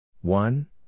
One